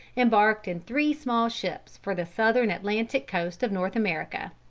embarked in three small ships for the southern atlantic coast of north america.